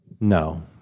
No